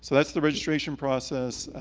so that's the registration process.